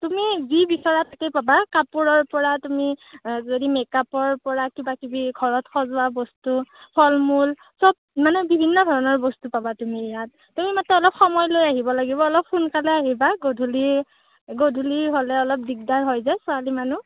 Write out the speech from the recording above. তুমি যি বিচৰা তাকেই পাবা কাপোৰৰ পৰা তুমি যদি মেকআপৰ পৰা কিবা কিবি ঘৰত সজোৱা বস্তু ফল মূল চব মানে বিভিন্ন ধৰণৰ বস্তু পাবা তুমি ইয়াত তুমি মাত্ৰ অলপ সময় লৈ আহিব লাগিব অলপ সোনকালে আহিবা গধূলী গধূলী হ'লে অলপ দিগদাৰ হয় যে ছোৱালী মানুহ